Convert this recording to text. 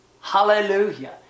Hallelujah